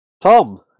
Tom